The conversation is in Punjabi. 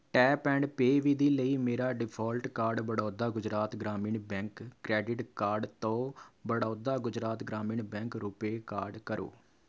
ਟੈਪ ਐਂਡ ਪੇਅ ਵਿਧੀ ਲਈ ਮੇਰਾ default card Baroda Gujarat Gramin bank credit card ਤੋਂ Baroda Gujarat Gramin bank RuPay card ਕਰੋ